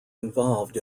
involved